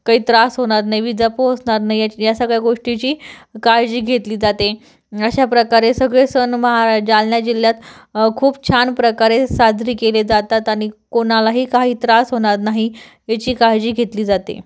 काही त्रास होणार नाही इजा पोहोचणार नाही या सगळ्या गोष्टीची काळजी घेतली जाते अशा प्रकारे सगळे सण महा जालना जिल्ह्यात खूप छान प्रकारे साजरी केले जातात आणि कोणालाही काही त्रास होणार नाही याची काळजी घेतली जाते